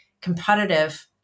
competitive